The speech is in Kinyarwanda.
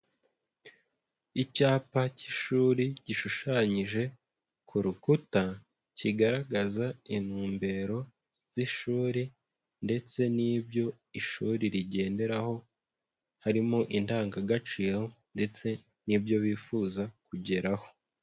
Icyapa cy'ishuri gishushanyije ku rukuta kigaragaza intumbero z'ishuri ndetse n'ibyo ishuri rigenderaho, harimo indangagaciro ndetse n'ibyo bifuza kugeraho.